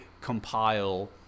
compile